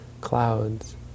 clouds